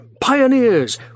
pioneers